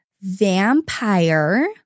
vampire